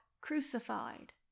crucified